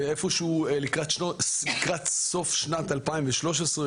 איפשהו לקראת סוף שנת 2013,